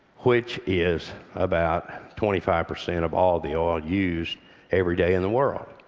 which is about twenty five percent of all the oil used everyday in the world.